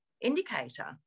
indicator